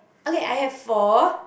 okay I have four